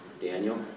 Daniel